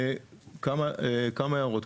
כמה הערות.